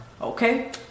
Okay